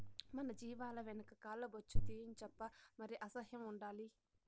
మన జీవాల వెనక కాల్ల బొచ్చు తీయించప్పా మరి అసహ్యం ఉండాలి